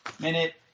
minute